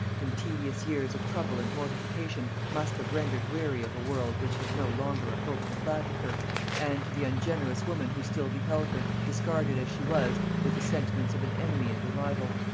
whom tedious years of trouble and mortification must have rendered weary of a world which had no longer a hope to flatter her and to the ungenerous woman who still beheld her, discarded as she was, with the sentiments of an enemy and a rival.